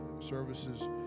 Services